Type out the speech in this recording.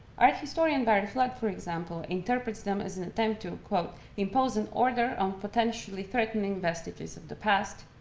art historian barry flood, for example, interprets them as an attempt to, quote, impose an order on potentially threatening vestiges of the past,